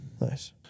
Nice